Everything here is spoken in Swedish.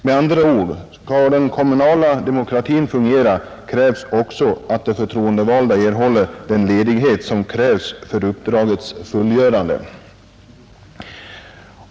Med andra ord: skall den kommunala demokratin fungera krävs också att de förtroendevalda erhåller den ledighet som krävs för uppdragets fullgörande.